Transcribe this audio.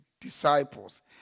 disciples